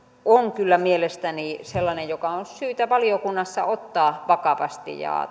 on kyllä mielestäni sellainen joka on syytä valiokunnassa ottaa vakavasti ja